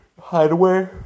hideaway